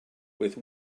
with